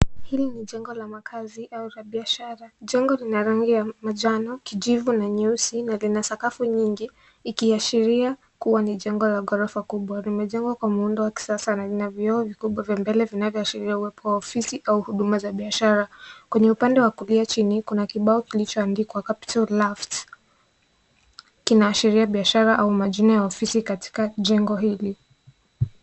Hili ni jengo la makazi au biashara. Jengo hili lina rangi ya manjano, kijivu na nyeusi na kina sakafu nyingi ikiashiria kuwa ni jengo la ghorofa kubwa. Limejengwa kwa muundo wa kisasa na lina vio vikubwa vya mbele vinavyoashiria uwepo wa ofisi au huduma za biashara . Kwenye upande wa kulia chini kuna bao ulichoandikwa LAFT kuonyesha ofisi katika jengo hili.